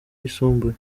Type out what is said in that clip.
yisumbuye